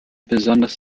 besonders